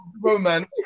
romance